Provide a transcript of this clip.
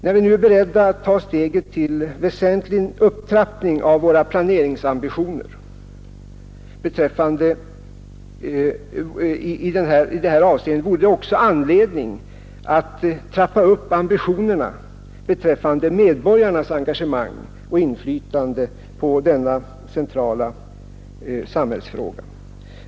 När vi nu är beredda att ta steget till en väsentlig upptrappning av våra planeringsambitioner i detta avseende, vore det också anledning att trappa upp ambitionerna beträffande medborgarnas engagemang och inflytande på dessa centrala samhällsfrågor.